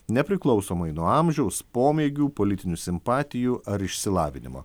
nepriklausomai nuo amžiaus pomėgių politinių simpatijų ar išsilavinimo